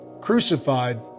crucified